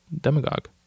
demagogue